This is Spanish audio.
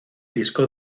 disco